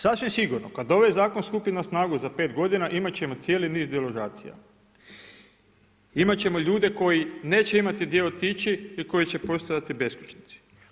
Sasvim sigurno kada ovaj zakon stupi na snagu za pet godina imat ćemo cijeli niz deložacija, imat ćemo ljude koji neće imati gdje otići koji će postajati beskućnici.